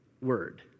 word